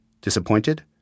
Disappointed